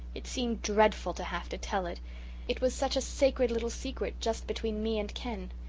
it seemed dreadful to have to tell it it was such a sacred little secret just between me and ken.